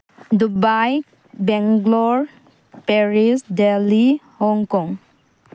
Dubai Bangalore Paris Delhi Hong Kong